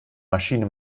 maschine